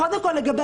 קודם כול לגבי